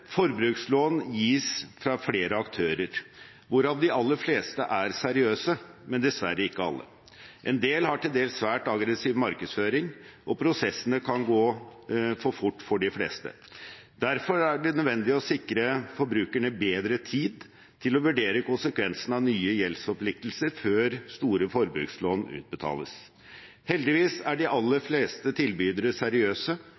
Forbrukslån gis fra flere aktører, hvorav de aller fleste er seriøse, men dessverre ikke alle. En del har til dels svært aggressiv markedsføring, og prosessene kan gå for fort for de fleste. Derfor er det nødvendig å sikre forbrukerne bedre tid til å vurdere konsekvensene av nye gjeldsforpliktelser før store forbrukslån utbetales. Heldigvis er de